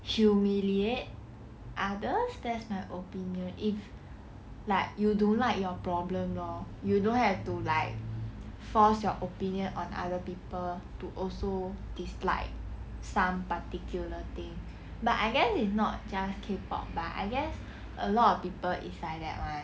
humiliate others that's my opinion if like you don't like your problem lor you don't have to like force your opinion on other people to also dislike some particular thing but I guess it's not just K pop lah I guess a lot of people is like that [one]